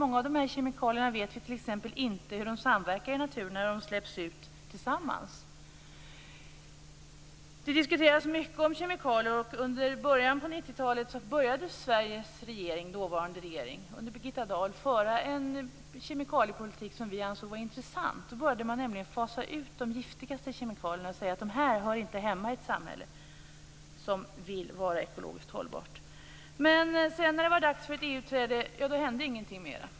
Vi vet t.ex. inte hur många av de här kemikalierna samverkar i naturen när de släpps ut tillsammans. Det förs mycket diskussioner om kemikalier. I början av 90-talet började Sveriges dåvarande regering och Birgitta Dahl att föra en kemikaliepolitik som vi ansåg var intressant. Man började nämligen fasa ut de giftigaste kemikalierna och säga att de inte hör hemma i ett samhälle som man vill skall vara ekologiskt hållbart. När det sedan var dags för EU inträdet hände ingenting mera.